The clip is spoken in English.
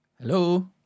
Hello